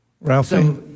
Ralphie